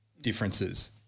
differences